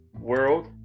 world